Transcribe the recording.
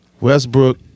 Westbrook